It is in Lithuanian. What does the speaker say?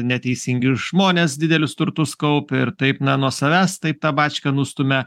neteisingi žmonės didelius turtus kaupia ir taip na nuo savęs taip tą bačką nustumia